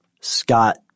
Scott –